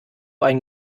ein